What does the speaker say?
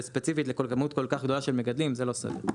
וספציפית לכמות כל כך גדולה של מגדלים זה לא סביר.